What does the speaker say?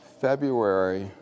February